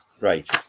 Right